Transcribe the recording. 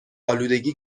آلودگی